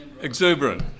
exuberant